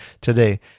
today